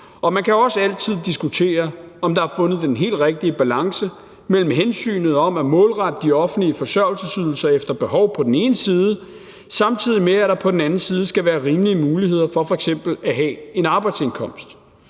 Man kan også altid diskutere, om der er fundet den helt rigtige balance mellem hensynet om at målrette de offentlige forsørgelsesydelser efter behov på den ene side, samtidig med at der på den anden side skal være rimelige muligheder for f.eks. at have en arbejdsindkomst.